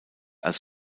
als